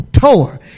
tore